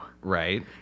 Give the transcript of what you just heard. Right